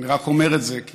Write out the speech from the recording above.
אני רק אומר את זה כי